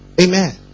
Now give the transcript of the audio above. Amen